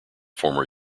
former